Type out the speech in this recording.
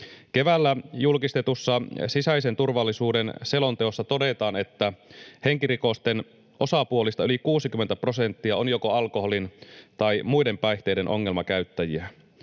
Keväällä julkistetussa sisäisen turvallisuuden selonteossa todetaan, että henkirikosten osapuolista yli 60 prosenttia on joko alkoholin tai muiden päihteiden ongelmakäyttäjiä.